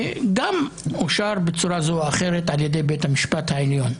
וגם אושר בצורה כזאת או אחרת על ידי בית המשפט העליון.